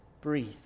breathe